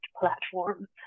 platforms